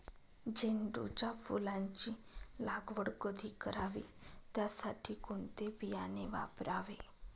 झेंडूच्या फुलांची लागवड कधी करावी? त्यासाठी कोणते बियाणे वापरावे?